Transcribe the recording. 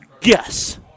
guess